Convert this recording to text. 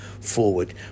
forward